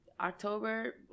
October